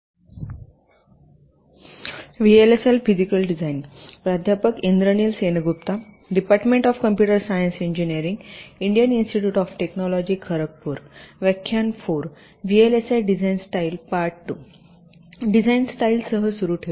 design स्टाईलसह सुरू ठेवा